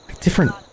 Different